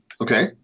okay